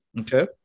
okay